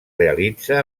realitza